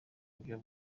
buryo